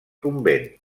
convent